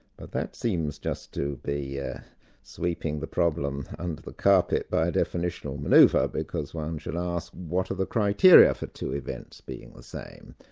but that seems just to be ah sweeping the problem under the carpet by a definitional manoeuvre, ah because one should ask what are the criteria for two events being the same?